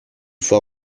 fois